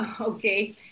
Okay